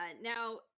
Now